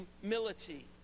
humility